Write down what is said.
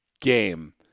game